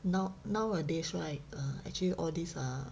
now nowadays right err actually all these ah